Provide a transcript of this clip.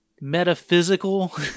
metaphysical